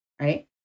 right